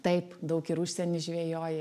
taip daug ir užsieny žvejoji